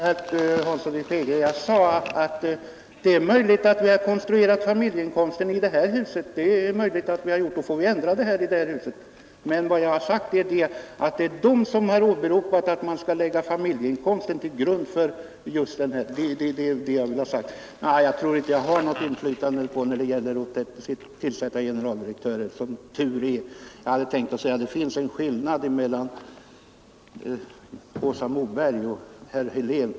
Herr talman! Jag sade, herr Hansson i Skegrie, att det är möjligt att vi har konstruerat familjeinkomsten i det här huset, och då får vi ändra det i det här huset. Men det är dessa herrar som har åberopat att man skall lägga familjeinkomsten till grund — det är det jag ville ha sagt. Jag tror inte att jag har något inflytande när det gäller att tillsätta generaldirektörer, som tur är. Det finns en skillnad, hade jag tänkt säga, mellan Åsa Moberg och herr Helén.